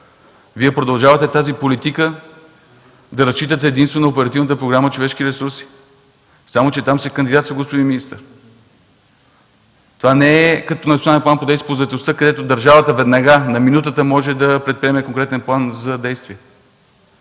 Вие продължавате тази политика – да разчитате единствено на Оперативна програма „Човешки ресурси”. Само че там се кандидатства, господин министър. Това не е като Национален план за действие по заетостта, където държавата веднага, на минутата може да предприеме конкретен план за действие.